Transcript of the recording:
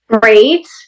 Great